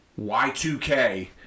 Y2K